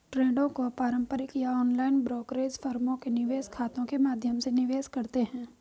ट्रेडों को पारंपरिक या ऑनलाइन ब्रोकरेज फर्मों के निवेश खातों के माध्यम से निवेश करते है